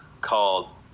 called